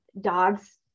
dogs